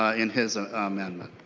ah in his amendment.